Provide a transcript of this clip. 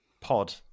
pod